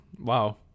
Wow